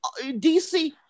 DC